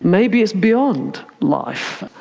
maybe it's beyond life.